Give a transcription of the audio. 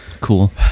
Cool